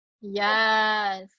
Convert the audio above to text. Yes